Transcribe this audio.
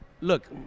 look